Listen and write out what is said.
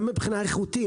גם מבחינה איכותית.